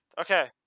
Okay